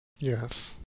yes